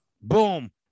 boom